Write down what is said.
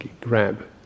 grab